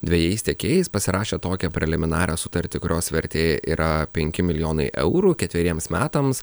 dvejais tiekėjais pasirašė tokią preliminarią sutartį kurios vertė yra penki milijonai eurų ketveriems metams